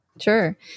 Sure